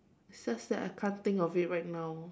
it's just that I can't think of it right now